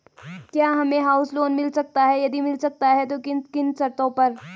क्या हमें house loan मिल सकता है यदि मिल सकता है तो किन किन शर्तों पर?